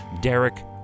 Derek